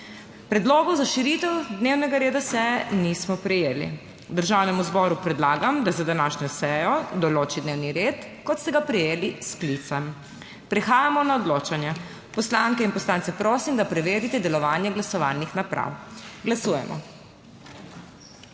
Predlogov za širitev dnevnega reda seje nismo prejeli. Državnemu zboru predlagam, da za današnjo sejo določi dnevni red, kot ste ga prejeli s sklicem. Prehajamo na odločanje. Poslanke in poslance prosim, da preverite delovanje glasovalnih naprav. Glasujemo.